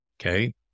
Okay